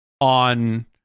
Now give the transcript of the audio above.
on